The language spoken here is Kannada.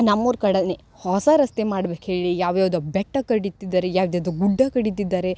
ನಮ್ಮ ಊರ ಕಡೆನೆ ಹೊಸ ರಸ್ತೆ ಮಾಡ್ಬೇಕು ಹೇಳಿ ಯಾವ್ಯಾವುದೋ ಬೆಟ್ಟ ಕಡಿತಿದ್ದಾರೆ ಯಾವ್ದ್ಯಾವುದೋ ಗುಡ್ಡ ಕಡಿತಿದ್ದಾರೆ